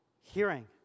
hearing